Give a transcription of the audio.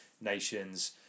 nations